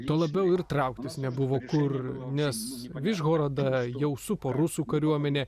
tuo labiau ir trauktis nebuvo kur nes vižhorodą jau supo rusų kariuomenė